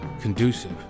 conducive